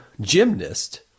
gymnast